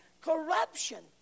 corruption